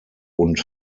und